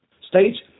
States